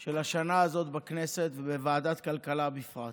של השנה הזאת בכנסת ובוועדת הכלכלה בפרט.